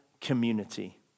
community